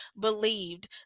believed